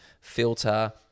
filter